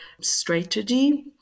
strategy